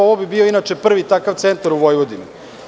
Ovo bi bio inače prvi takav centar u Vojvodini.